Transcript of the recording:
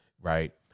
Right